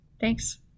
Thanks